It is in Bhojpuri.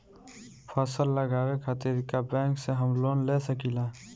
फसल उगावे खतिर का बैंक से हम लोन ले सकीला?